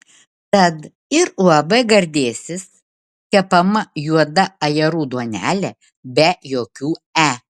tad ir uab gardėsis kepama juoda ajerų duonelė be jokių e